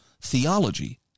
theology